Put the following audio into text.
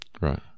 right